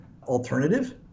alternative